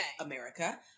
America